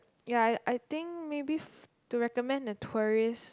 ya I I think maybe f~ to recommend a tourist